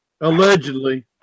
allegedly